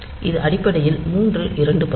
இது அடிப்படையில் மூன்றில் இரண்டு பங்கு